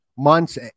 months